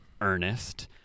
Ernest